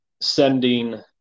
sending